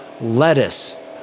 lettuce